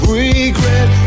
regret